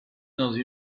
dans